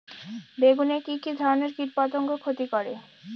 বেগুনে কি কী ধরনের কীটপতঙ্গ ক্ষতি করে?